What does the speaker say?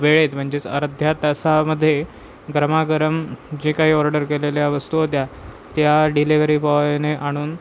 वेळेत म्हणजेच अर्ध्या तासामध्ये गरमागरम जे काही ऑर्डर केलेल्या वस्तू होत्या त्या डिलेवरी बॉयने आणून